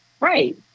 Right